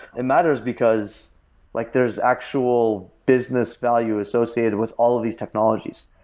it matters because like there's actual business value associated with all of these technologies.